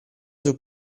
sul